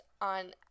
on